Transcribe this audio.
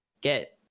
get